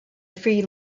free